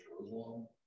Jerusalem